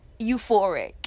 euphoric